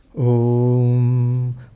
Om